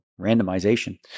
randomization